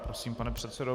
Prosím, pane předsedo.